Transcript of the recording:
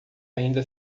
ainda